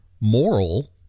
moral